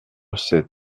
sept